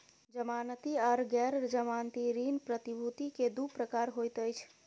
जमानती आर गैर जमानती ऋण प्रतिभूति के दू प्रकार होइत अछि